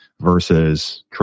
versus